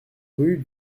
rue